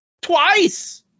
Twice